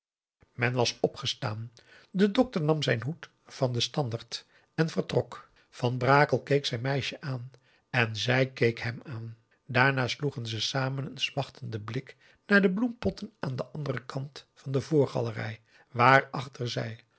men was opgestaan de dokter nam zijn hoed van den standerd en vertrok van brakel keek zijn meisje aan en zij keek hem aan daarna sloegen ze samen een smachtenden blik naar de bloempotten aan den anderen kant van de voorgalerij waarachter zij